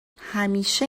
همیشه